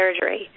surgery